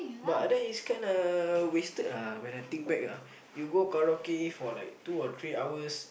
but that is kinda wasted ah when I think back ah you go karaoke for like two or three hours